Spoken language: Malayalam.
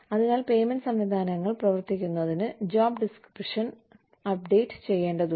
അതിനാൽ പേയ്മെന്റ് സംവിധാനങ്ങൾ പ്രവർത്തിക്കുന്നതിന് ജോബ് ഡിസ്ക്രിപ്ഷൻ അപ്ഡേറ്റ് ചെയ്യേണ്ടതുണ്ട്